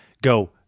Go